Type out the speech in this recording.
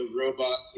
robots